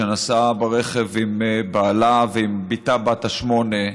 שנסעה ברכב עם בעלה ועם בתה בת השמונה,